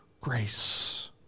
grace